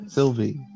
Sylvie